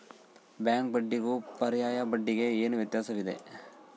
Bank ಬಡ್ಡಿಗೂ ಪರ್ಯಾಯ ಬಡ್ಡಿಗೆ ಏನು ವ್ಯತ್ಯಾಸವಿದೆ?